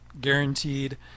guaranteed